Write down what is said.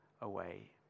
away